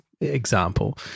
example